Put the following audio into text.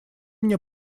мне